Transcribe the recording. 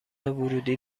ورودی